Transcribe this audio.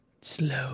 Slow